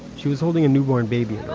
she was holding a newborn baby